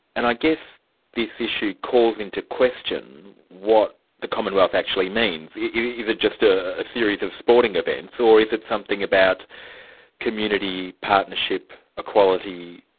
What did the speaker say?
and i guess this issue calls into question what the commonwealth actually means. is it just a series of sporting events, or is it something about community, partnership, equality,